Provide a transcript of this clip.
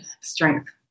strength